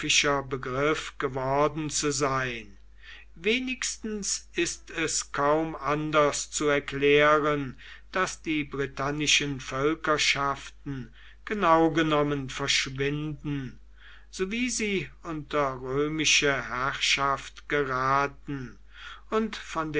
begriff geworden zu sein wenigstens ist es kaum anders zu erklären daß die britannischen völkerschaften genau genommen verschwinden sowie sie unter römische herrschaft geraten und von